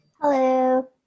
Hello